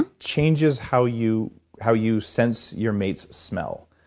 and changes how you how you sense your mate's smell.